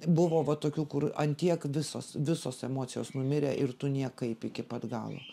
buvo va tokių kur ant tiek visos visos emocijos numirę ir tu niekaip iki pat galo